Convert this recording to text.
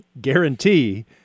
guarantee